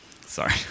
Sorry